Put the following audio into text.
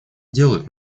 делают